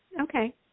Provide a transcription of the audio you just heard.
Okay